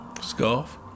Scarf